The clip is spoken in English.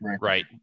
Right